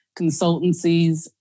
consultancies